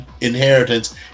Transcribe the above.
inheritance